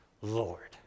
Lord